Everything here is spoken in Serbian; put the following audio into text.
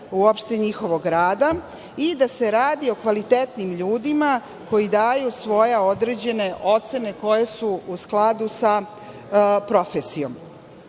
uopšte njihovog rada i da se radi o kvalitetnim ljudima koji daju svoje određene ocene koje su u skladu sa profesijom. Kada